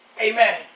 amen